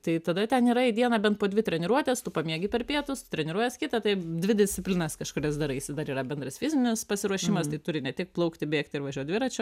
tai tada ten yra į dieną bent po dvi treniruotes tu pamiegi per pietus treniruojies kitą taip dvi disciplinas kažkurias daraisi dar yra bendras fizinis pasiruošimas tai turi ne tik plaukti bėgti ir važiuot dviračiu